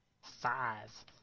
Five